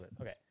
Okay